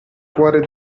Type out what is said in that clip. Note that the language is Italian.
cuore